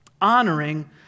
Honoring